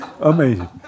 Amazing